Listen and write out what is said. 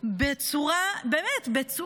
באמת,